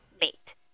mate